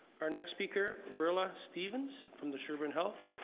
our next speaker merla stevens from the sherman health.